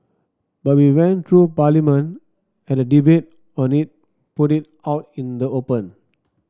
but we went through Parliament had a debate on it put it out in the open